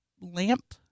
Lamp